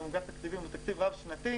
עם אגף תקציבים הוא תקציב רב-שנתי.